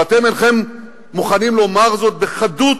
ואתם אינכם מוכנים לומר זאת בחדות,